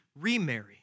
remarry